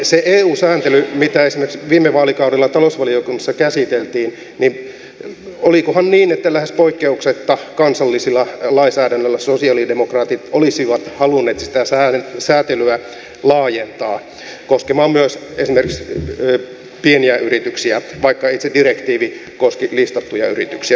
kun eu sääntelyä esimerkiksi viime vaalikaudella talousvaliokunnassa käsiteltiin niin olikohan niin että lähes poikkeuksetta kansallisella lainsäädännöllä sosialidemokraatit olisivat halunneet sitä säätelyä laajentaa koskemaan myös esimerkiksi pieniä yrityksiä vaikka itse direktiivi koski listattuja yrityksiä